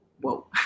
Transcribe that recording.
whoa